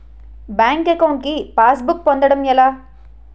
Bank account కి passbook పొందడం ఎలా?